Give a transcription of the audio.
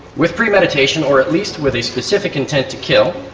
with premeditation or at least with a specific intent to kill,